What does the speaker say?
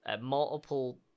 multiple